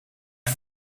het